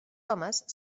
homes